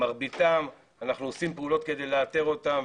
מרביתם אנחנו עושים פעולות כדי לאתר אותם,